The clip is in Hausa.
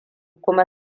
kuma